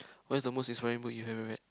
what's the most inspiring book you've ever read